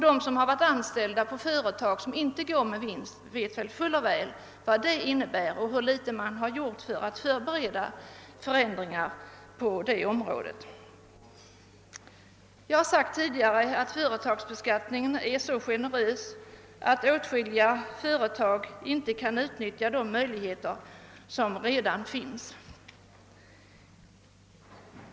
De som varit anställda i företag som inte gått med vinst vet fuller väl vad det innebär och hur litet dessa företag har gjort för att förbereda förändringar på detta område. Jag har tidigare sagt att företagsbeskattningen är så generös, att åtskilliga företag inte kan utnyttja de möjligheter som redan finns.